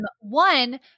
one